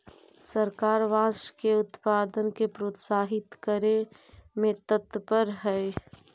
सरकार बाँस के उत्पाद के प्रोत्साहित करे में तत्पर हइ